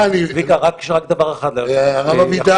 צביקה, דבר אחד ליועץ המשפטי.